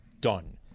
done